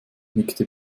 nickte